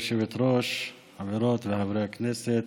כבוד היושבת-ראש, חברות וחברי הכנסת,